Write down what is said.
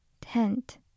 Tent